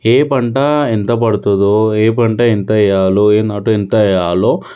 ఏ పంట ఎంత పడుతుందో ఏ పంట ఎంత వెయ్యాలో ఏ నాటు ఎంత వెయ్యాలో